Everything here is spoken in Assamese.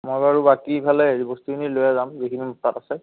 মই বাৰু বাকী ইফালে হেৰি বস্তুখিনি লৈয়ে যাম যিখিনি মোৰ তাত আছে